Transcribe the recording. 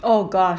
oh gosh